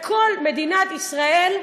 בכל מדינת ישראל,